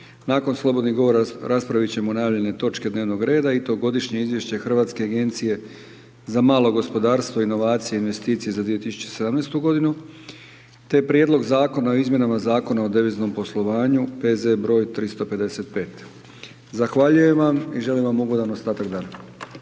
nakon slobodnih govora raspravit ćemo najavljene točke dnevnog reda i to Godišnje izvješće Hrvatske agencije za malo gospodarstvo, inovacije i investicije za 2017. godinu, te prijedlog Zakona o izmjenama Zakona o deviznom poslovanju, P.Z. broj 355. Zahvaljujem vam i želim vam ugodan ostatak dana.